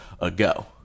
ago